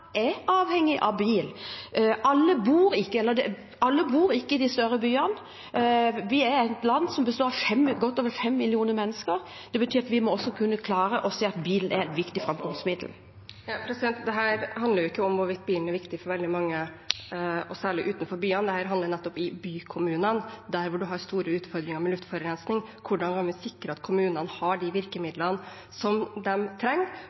Alle bor ikke i de større byene, og vi er et land som består av godt over fem millioner mennesker. Det betyr at vi også må kunne klare å se at bilen er et viktig framkomstmiddel. Det vert opna for oppfølgingsspørsmål – først Une Bastholm. Dette handler jo ikke om hvorvidt bilen er viktig for veldig mange, og særlig utenfor byene. Dette handler nettopp om bykommunene, der hvor man har store utfordringer med luftforurensning, om hvordan vi kan sikre at kommunene har de virkemidlene som de trenger